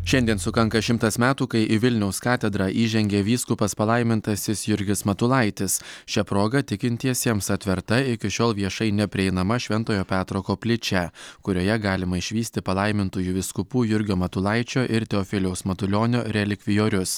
šiandien sukanka šimtas metų kai į vilniaus katedrą įžengė vyskupas palaimintasis jurgis matulaitis šia proga tikintiesiems atverta iki šiol viešai neprieinama šventojo petro koplyčia kurioje galima išvysti palaimintųjų vyskupų jurgio matulaičio ir teofiliaus matulionio relikvijorius